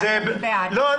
לא.